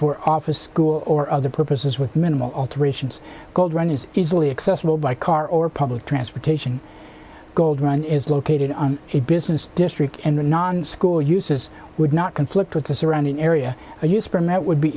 for office school or other purposes with minimal alterations called run is easily accessible by car or public transportation gold run is located on a business district and the non school uses would not conflict with the surrounding area and use person that would be